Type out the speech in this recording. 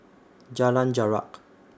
Jalan Jarak